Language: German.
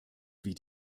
wie